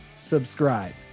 subscribe